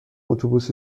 اتوبوس